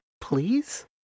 please